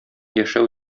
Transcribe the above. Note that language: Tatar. яшәү